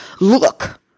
look